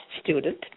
student